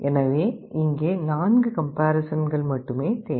எனவே இங்கே 4 கம்பேரிசன்கள் மட்டுமே தேவை